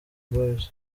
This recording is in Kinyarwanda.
boys